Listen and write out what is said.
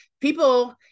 people